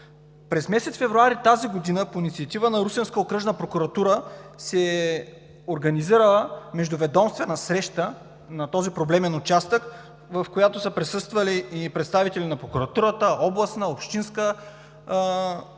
През месец февруари тази година по инициатива на Русенска окръжна прокуратура се организира междуведомствена среща за този проблемен участък, на която са присъствали представители на прокуратурата, областна и общинска